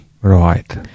Right